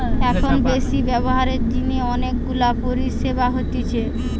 এখন বেশি ব্যবহারের জিনে অনেক গুলা পরিষেবা হতিছে